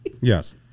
Yes